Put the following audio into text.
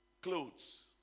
clothes